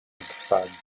umfragen